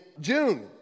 June